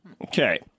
Okay